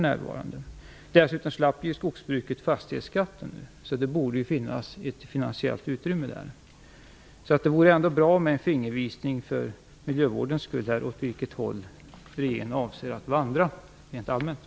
Skogsbruket slapp nu fastighetsskatten, och det borde finnas ett finansiellt utrymme där. Det vore ändå för miljövårdens skull bra med en fingervisning om åt vilket håll regeringen rent allmänt avser att vandra.